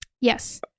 Yes